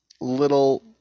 little